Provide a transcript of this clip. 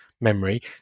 memory